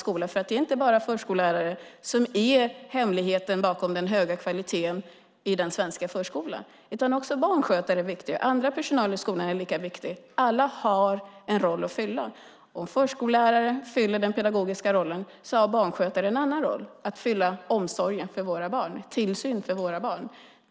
Det är nämligen inte bara förskollärare som är hemligheten bakom den höga kvaliteten i den svenska förskolan, utan barnskötare och annan personal i skolan är lika viktiga. Alla har en roll att fylla. Om en förskollärare fyller den pedagogiska rollen har barnskötare en annan roll att fylla, nämligen att sköta omsorg om och tillsyn av våra barn.